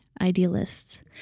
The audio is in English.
idealists